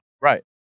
Right